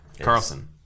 Carlson